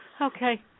Okay